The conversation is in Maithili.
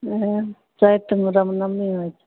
हँ चैतमे रामनओमी होइत छै